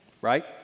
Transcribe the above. Right